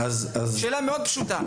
זו שאלה מאוד פשוטה.